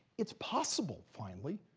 it's possible, finally,